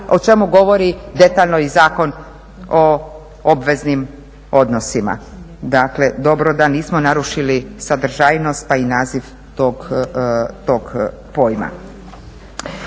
o čemu govori detaljno i Zakon o obveznim odnosima. Dakle, dobro da nismo narušili sadržajnost pa i naziv tog pojma.